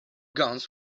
guns